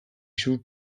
zuenaz